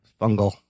fungal